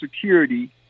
Security